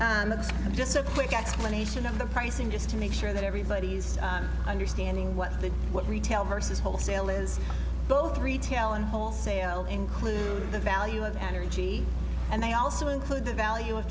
isn't just a quick explanation of the pricing just to make sure that everybody's understanding what the what retail versus wholesale is both retail and wholesale includes the value of energy and they also include the value of